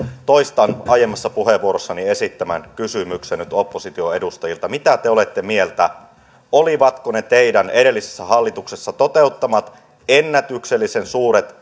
toistan aiemmassa puheenvuorossa esittämäni kysymyksen nyt opposition edustajille mitä te olette mieltä olivatko ne teidän edellisessä hallituksessa toteuttamanne ennätyksellisen suuret